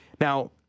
Now